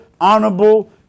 honorable